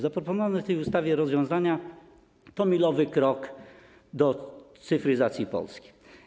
Zaproponowane w tej ustawie rozwiązania to milowy krok w cyfryzacji Polski.